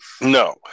No